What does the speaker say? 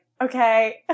okay